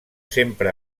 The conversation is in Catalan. sempre